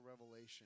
revelation